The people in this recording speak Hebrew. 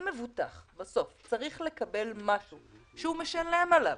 אם מבוטח בסוף צריך לקבל חמשהו שהוא משלם עליו,